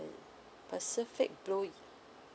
uh pacific blue